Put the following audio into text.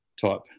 type